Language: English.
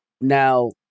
now